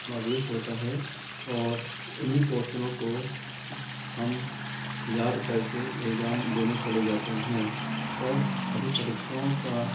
समावेश होता है और उन्ही कोश्चनों को हम याद करके एग्जाम देने चले जाते हैं पर अभी परीक्षाओं का